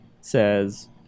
says